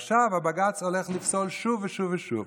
ועכשיו הבג"ץ הולך לפסול שוב ושוב ושוב,